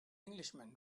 englishman